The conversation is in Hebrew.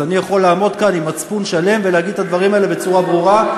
אז אני יכול לעמוד כאן במצפון שקט ולהגיד את הדברים האלה בצורה ברורה,